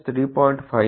59 ರಿಂದ 3